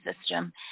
system